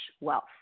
wealth